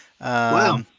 Wow